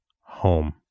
Home